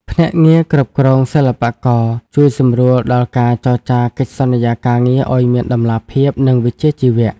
ភ្នាក់ងារគ្រប់គ្រងសិល្បករ ជួយសម្រួលដល់ការចរចាកិច្ចសន្យាការងារឱ្យមានតម្លាភាព និងវិជ្ជាជីវៈ។